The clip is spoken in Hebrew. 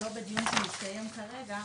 לא בדיון שיסתיים כרגע,